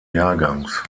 jahrgangs